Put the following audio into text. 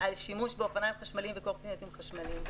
על שימוש באופניים חשמליים ובקורקינטים חשמליים.